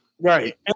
Right